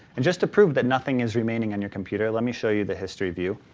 and just to prove that nothing is remaining in your computer, let me show you the history view.